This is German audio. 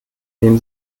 wem